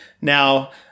Now